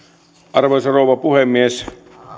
arvoisa rouva puhemies